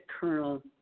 Colonel